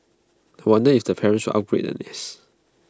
I wonder if the parents upgrade the nest